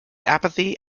apathy